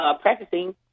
practicing